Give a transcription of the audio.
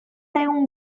egun